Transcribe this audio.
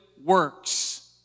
works